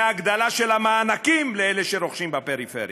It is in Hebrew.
בהגדלה של המענקים לאלה שרוכשים בפריפריה,